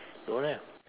don't have